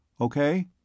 Okay